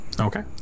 Okay